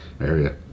area